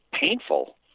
painful